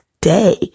day